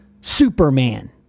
Superman